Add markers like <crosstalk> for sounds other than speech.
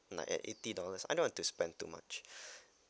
like at eighty dollars I don't want to spend too much <breath>